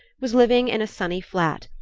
was living in a sunny flat,